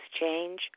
change